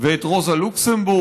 ואת רוזה לוקסמבורג,